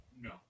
no